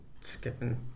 skipping